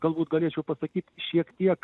galbūt galėčiau pasakyt šiek tiek